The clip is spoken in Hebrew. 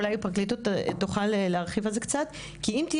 אולי הפרקליטות תוכל להרחיב על זה קצת,